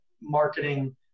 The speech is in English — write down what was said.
marketing